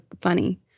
funny